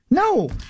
No